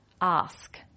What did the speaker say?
ask